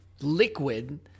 liquid